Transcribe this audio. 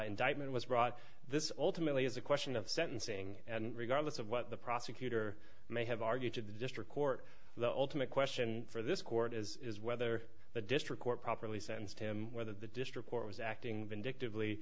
indictment was brought this alternately as a question of sentencing and regardless of what the prosecutor may have argued to the district court the ultimate question for this court is whether the district court properly sentenced him whether the district court was acting vindictive